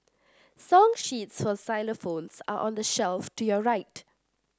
song sheets for xylophones are on the shelf to your right